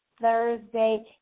Thursday